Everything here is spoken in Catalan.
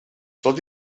tot